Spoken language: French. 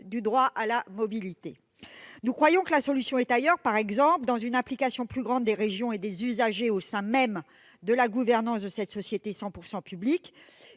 du droit à la mobilité. Nous croyons que la solution est ailleurs, par exemple dans une implication plus grande des régions et des usagers au sein même de la gouvernance de cette société à 100 % publique,